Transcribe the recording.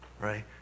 right